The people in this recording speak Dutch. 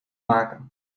maken